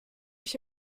ich